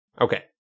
Okay